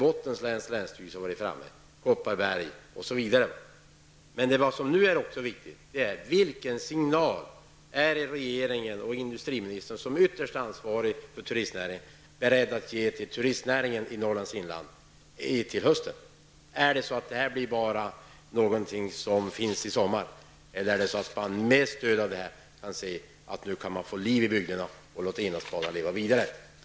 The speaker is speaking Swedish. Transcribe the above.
Också länsstyrelserna i Vad som nu är viktigt är vilka signaler som regeringen, och industriministern såsom ytterst ansvarig för turistnäringen, är beredd att ge till turistnäringen i Norrlands inland till hösten. Kommer trafiken på inlandsbanan bara att finnas i sommar? Eller kan man med stöd av detta se att det nu går att få liv i bygderna och låta inlandsbanan leva vidare?